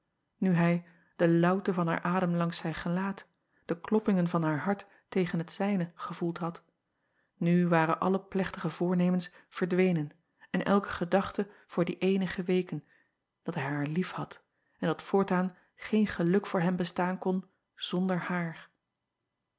nu hij de lauwte van haar adem langs zijn gelaat de kloppingen van haar hart tegen het zijne gevoeld had nu waren alle plechtige voornemens verdwenen en elke gedachte voor die eene geweken dat hij haar liefhad en dat voortaan geen geluk voor hem bestaan kon zonder haar